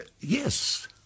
yes